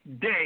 day